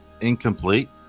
incomplete